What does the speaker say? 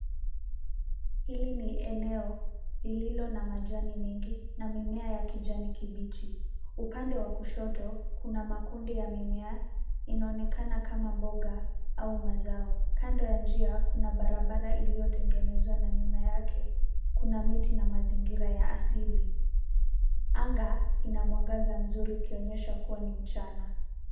Hili ni eneo lililo na majani mengi na mimea ya kijani kibichi. Upande wa kushoto, kuna makundi ya mimea inaonekana kama mboga au mazao. Kando ya njia kuna barabara iliyotengenezwa na nyuma yake. Kuna miti na mazingira ya asili. Anga ina mwangaza mzuri ikionyesha kuwa ni mchana.